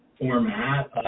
format